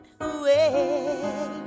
away